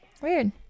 Weird